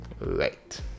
Right